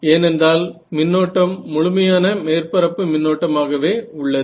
ஏனென்றால் மின்னோட்டம் முழுமையான மேற்பரப்பு மின்னோட்டம் ஆகவே உள்ளது